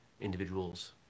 individuals